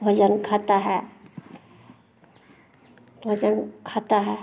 भोजन खाता है भोजन खाता है